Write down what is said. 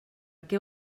què